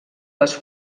les